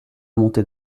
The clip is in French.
montée